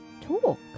Talk